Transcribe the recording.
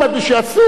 הייתי שואל,